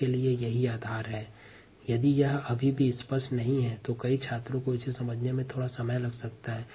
शायद कई छात्रों को यह अभी भी स्पष्ट नहीं होगा क्योकि इसे समझने में थोड़ा समय लगता है